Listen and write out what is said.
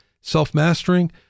self-mastering